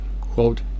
quote